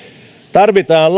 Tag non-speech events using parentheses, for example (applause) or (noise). tarvitaan (unintelligible)